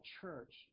church